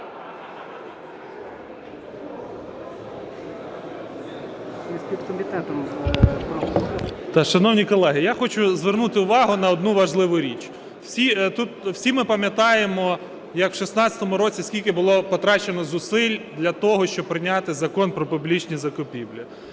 Шановні колеги, я хочу звернути увагу на одну важливу річ. Тут всі ми пам'ятаємо, як в 16-му році скільки було потрачено зусиль для того, щоб прийняти Закон "Про публічні закупівлі".